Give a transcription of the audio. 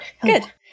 Good